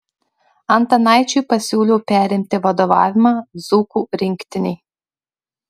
antanaičiui pasiūliau perimti vadovavimą dzūkų rinktinei